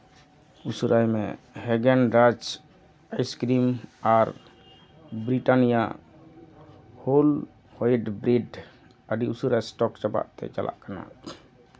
ᱩᱥᱟᱹᱨᱟᱭ ᱢᱮ Haagen-Dazs ice cream ᱟᱨ ᱵᱨᱤᱴᱟᱱᱤᱭᱟ ᱦᱳᱞ ᱦᱳᱭᱮᱴ ᱵᱨᱮᱰ ᱟᱹᱰᱤ ᱩᱥᱟᱹᱨᱟ ᱥᱴᱚᱠ ᱪᱟᱵᱟ ᱛᱮ ᱪᱟᱞᱟᱜ ᱠᱟᱱᱟ